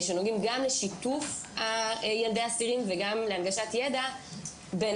שנוגעים גם לשיתוף ילדי אסירים וגם להנגשת ידע בין